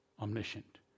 omniscient